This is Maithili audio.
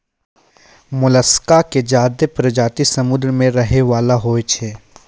मोलसका के ज्यादे परजाती समुद्र में रहै वला होय छै